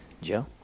Joe